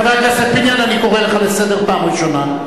חבר הכנסת פיניאן, אני קורא אותך לסדר פעם ראשונה.